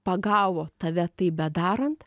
pagavo tave taip bedarant